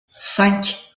cinq